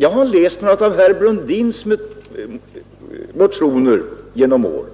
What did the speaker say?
Jag har emellertid läst några av herr Brundins motioner genom åren,